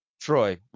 Troy